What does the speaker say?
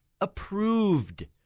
approved